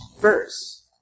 verse